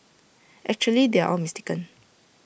actually they are all mistaken